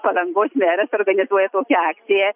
palangos meras organizuoja tokią akciją